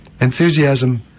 enthusiasm